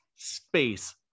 Space